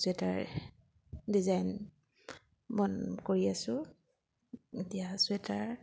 sweater design বন কৰি আছো এতিয়া চুৱেটাৰ